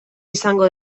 izango